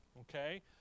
Okay